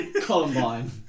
Columbine